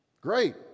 Great